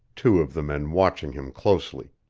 two of the men watching him closely.